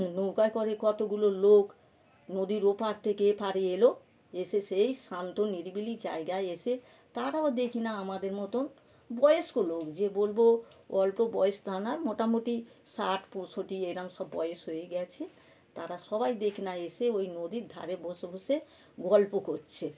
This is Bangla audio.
নৌকায় করে কতগুলো লোক নদীর ওপার থেকে এপারে এলো এসে সেই শান্ত নিরিবিলি জায়গায় এসে তারাও দেখি না আমাদের মতন বয়স্ক লোক যে বলবো অল্প বয়স তা না মোটামুটি ষাট পঁয়ষট্টি এরকম সব বয়স হয়ে গেছে তারা সবাই দেখি না এসে ওই নদীর ধারে বসে বসে গল্প করছে